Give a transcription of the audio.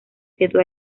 quedó